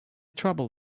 trouble